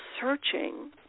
searching